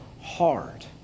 hard